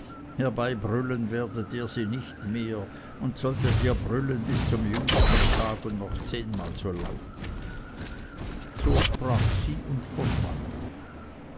herbeibrüllen werdet ihr sie nicht mehr und solltet ihr brüllen bis zum jüngsten tag und noch zehnmal so laut so sprach sie und verschwand